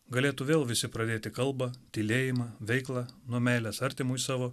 galėtų vėl visi pradėti kalbą tylėjimą veiklą nuo meilės artimui savo